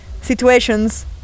situations